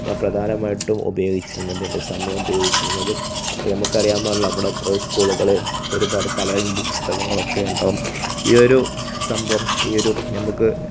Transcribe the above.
ഞാൻ പ്രധാനമായിട്ടും ഉപയോഗിച്ചിരുന്നത് എൻ്റെ സമയം ഉപയോഗിച്ചിരുന്നത് നമുക്ക് അറിയാൻ പാടുണ്ടല്ലോ നമ്മുടെ സ്കൂളുകളിൽ ഒരുപാട് കളറിംഗ് പുക്സ്തകങ്ങളൊക്കെ ഉണ്ടാകും ഈ ഒരു സംഭവം ഈ ഒരു നമുക്ക്